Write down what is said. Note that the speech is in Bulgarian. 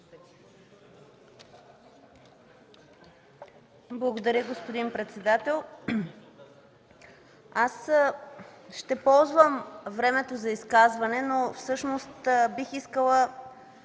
Благодаря, господин председател. Ще ползвам времето за изказване, но всъщност бих искала